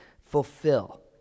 fulfill